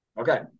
Okay